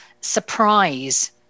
surprise